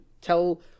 tell